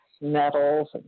metals